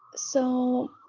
so.